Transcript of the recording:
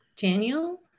Daniel